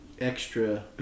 Extra